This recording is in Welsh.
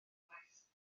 unwaith